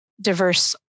diverse